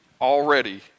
already